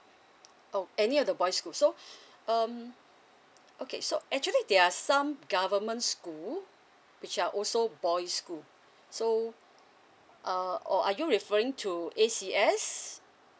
oh any of the boys school so um okay so actually they are some government school which are also boys' school so uh or are you referring to A_C_S